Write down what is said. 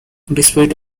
despite